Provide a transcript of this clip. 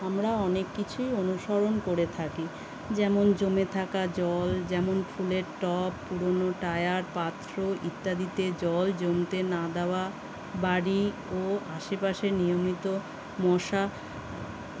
আমরা অনেক কিছুই অনুসরণ করে থাকি যেমন জমে থাকা জল যেমন ফুলের টব পুরোনো টায়ার পাত্র ইত্যাদিতে জল জমতে না দেওয়া বাড়ি ও আশেপাশে নিয়মিত মশা